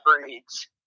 breeds